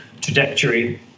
trajectory